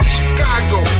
Chicago